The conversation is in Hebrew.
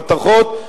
מתכות,